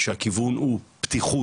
שהכיוון הוא פתיחות,